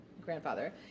grandfather